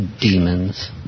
demons